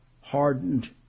hardened